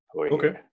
Okay